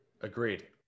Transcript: agreed